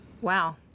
Wow